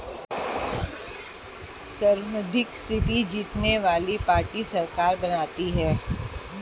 सर्वाधिक सीटें जीतने वाली पार्टी सरकार बनाती है